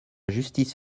justice